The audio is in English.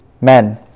Men